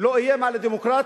לא כשאני יושב-ראש.